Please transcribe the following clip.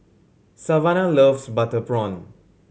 Savannah loves butter prawn